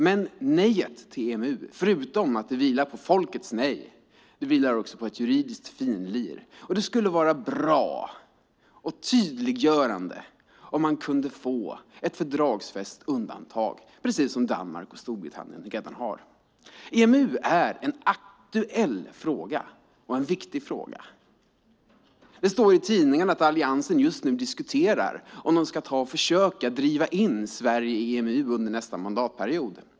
Detta nej till EMU vilar förutom på folkets nej också på ett juridiskt finlir, och det skulle vara bra och tydliggörande om man kunde få ett fördragsfäst undantag, precis som Danmark och Storbritannien redan har. EMU är en aktuell fråga och en viktig fråga. Det står i tidningen att Alliansen just nu diskuterar om man ska försöka driva in Sverige i EMU under nästa mandatperiod.